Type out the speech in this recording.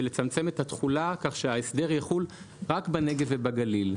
ולצמצם את התחולה כך שההסדר יחול רק בנגב ובגליל.